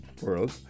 world